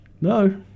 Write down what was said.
No